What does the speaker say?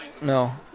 No